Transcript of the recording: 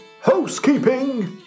housekeeping